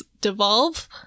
devolve